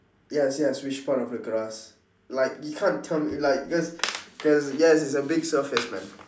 yes yes which part of the grass like you can't tell me like just yes yes it's a big surface man